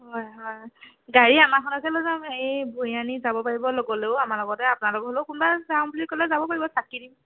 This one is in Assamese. হয় হয় গাড়ী আমাৰখনকে লৈ যাম হেৰি ভূঞানী যাব পাৰিব গ'লেও আমাৰ লগত আপোনালোক হ'লেও কোনোবাই যাওঁ বুলি ক'লে যাব পাৰিব চাকি দিম